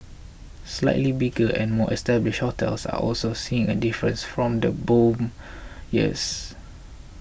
slightly bigger and more established hotels are also seeing a difference from the boom years